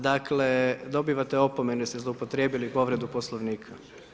Dakle, dobivate opomene jer ste zloupotrebivi povredu poslovnika.